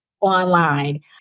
online